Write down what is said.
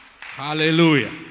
Hallelujah